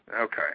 Okay